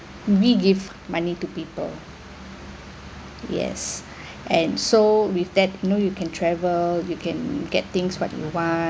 we give money to people yes and so with that you know you can travel you can get things what you want